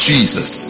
Jesus